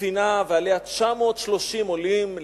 ספינה שעליה 930 עולים.